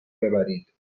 ببرید